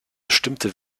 bestimmte